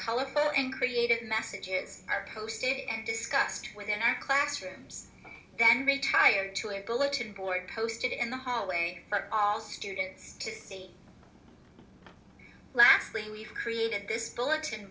colorful and creative messages are posted and discussed within our classrooms then retire to a bulletin board posted in the hallway for all students to see lastly we've created this bulletin